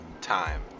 Time